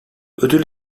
ödül